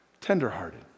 tenderhearted